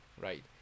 right